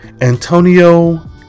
Antonio